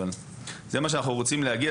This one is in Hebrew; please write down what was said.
אבל זה מה שאנחנו רוצים להגיע.